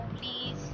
please